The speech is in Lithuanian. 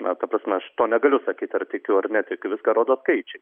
na ta prasme aš to negaliu sakyt ar tikiu ar netikiu viską rodo skaičiai